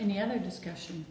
in the other discussion